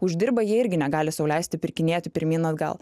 uždirba jie irgi negali sau leisti pirkinėti pirmyn atgal